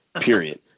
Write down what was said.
period